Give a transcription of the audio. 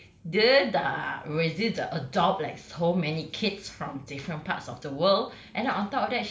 okay dia tak resist to adopt like so many kids from different parts of the world